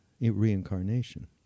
reincarnation